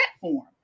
platform